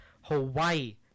Hawaii